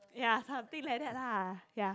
ya something like that lah ya